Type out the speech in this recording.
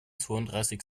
zwounddreißig